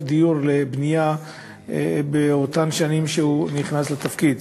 דיור לבנייה באותן שנים שהוא היה בתפקיד.